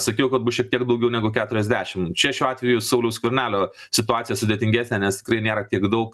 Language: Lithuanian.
sakiau kad bus šiek tiek daugiau negu keturiasdešim čia šiuo atveju sauliaus skvernelio situacija sudėtingesnė nes tikrai nėra tiek daug